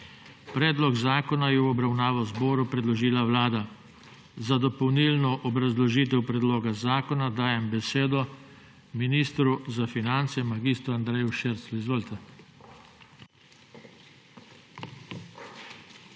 Predlog zakona je v obravnavo zboru predložila Vlada. Za dopolnilno obrazložitev predloga zakona dajem besedo ministru za finance mag. Andreju Širclju.